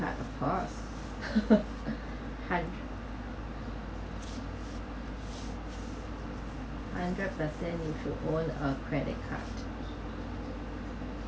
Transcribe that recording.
card of course hundr~ hundred percent you should own a credit card